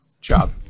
job